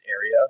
area